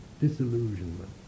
disillusionment